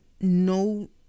no